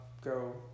go